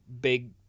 big